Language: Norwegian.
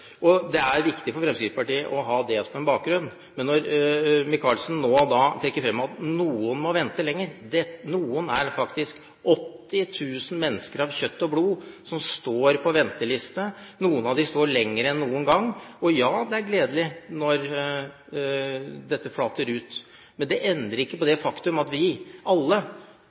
Det er viktig for Fremskrittspartiet å ha det som bakgrunn. Representanten Micaelsen trekker nå fram at noen må vente lenger. Noen er faktisk 80 000 flere mennesker av kjøtt og blod som står på venteliste. Noen av dem står lenger enn noen gang. Ja, det er gledelig når dette tallet flater ut. Men det endrer ikke på det faktum at vi alle